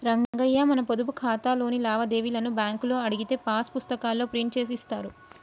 రంగయ్య మన పొదుపు ఖాతాలోని లావాదేవీలను బ్యాంకులో అడిగితే పాస్ పుస్తకాల్లో ప్రింట్ చేసి ఇస్తారు